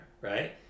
right